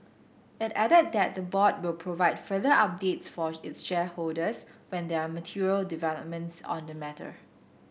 it added that the board will provide further updates for its shareholders when there are material developments on the matter